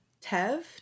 Tev